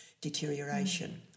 deterioration